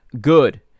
good